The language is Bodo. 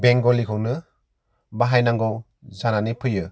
बेंगलिखौनो बाहाय नांगौ जानानै फैयो